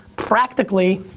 practically,